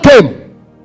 came